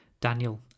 Daniel